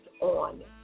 on